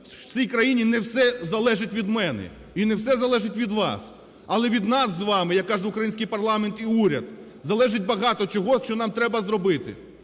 в цій країні не все залежить від мене і не все залежить від вас, але від нас з вами, як каже український парламент і уряд, залежить багато чого, що нам треба зробити.